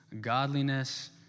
godliness